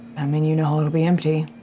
i mean, you know it'll be empty.